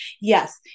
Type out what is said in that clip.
Yes